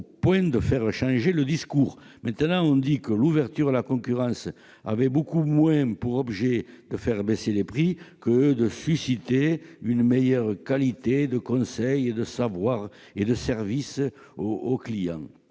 au point de faire changer le discours. Maintenant, on prétend que l'ouverture à la concurrence avait beaucoup moins pour objet de faire baisser les prix que de susciter une meilleure qualité de conseil et de service aux clients.